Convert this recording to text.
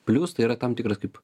plius tai yra tam tikras kaip